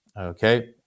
Okay